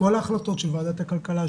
כל ההחלטות של ועדת הכלכלה,